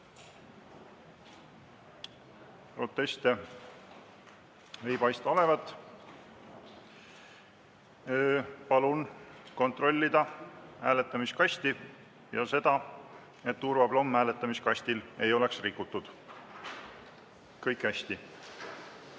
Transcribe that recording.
Proteste ei paista olevat. Palun kontrollida hääletamiskasti ja seda, et turvaplomm hääletamiskastil ei oleks rikutud. Kõik on hästi.